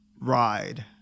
ride